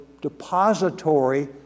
depository